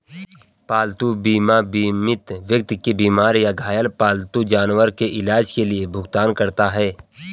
पालतू बीमा बीमित व्यक्ति के बीमार या घायल पालतू जानवर के इलाज के लिए भुगतान करता है